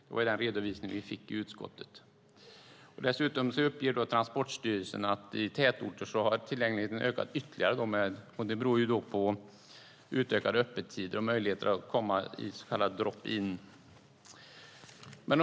Det var den redovisning som vi fick i utskottet. Dessutom uppger Transportstyrelsen att tillgängligheten i tätorter har ökat ytterligare. Det beror på utökade öppettider och möjlighet att komma i så kallad drop in.